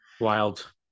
Wild